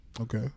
Okay